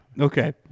Okay